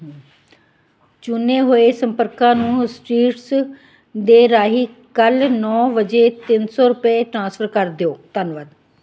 ਚੁਣੇ ਹੋਏ ਸੰਪਰਕਾਂ ਨੂੰ ਸੀਟਰਸ ਦੇ ਰਾਹੀਂ ਕੱਲ ਨੋ ਵਜੇ ਤਿੰਨ ਸੋ ਰੁਪਏ ਟ੍ਰਾਂਸਫਰ ਕਰ ਦਿਓ ਧੰਨਵਾਦ